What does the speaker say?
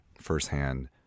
firsthand